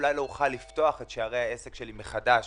אולי אני לא אוכל לפתוח את שערי העסק שלי מחדש